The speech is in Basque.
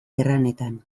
erranetan